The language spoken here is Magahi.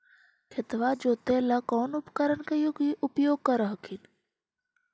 खेतबा जोते ला कौन उपकरण के उपयोग कर हखिन?